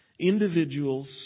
individuals